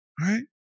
Right